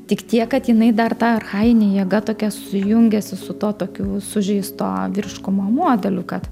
tik tiek kad jinai dar ta archajinė jėga tokia su jungiasi su tuo tokiu sužeisto vyriškumo modeliu kad